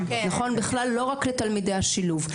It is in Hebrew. זה לא רק לתלמידי השילוב.